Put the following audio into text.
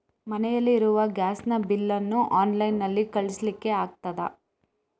ಮನೆಯಲ್ಲಿ ಇರುವ ಗ್ಯಾಸ್ ನ ಬಿಲ್ ನ್ನು ಆನ್ಲೈನ್ ನಲ್ಲಿ ಕಳಿಸ್ಲಿಕ್ಕೆ ಆಗ್ತದಾ?